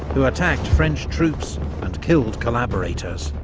who attacked french troops and killed collaborators.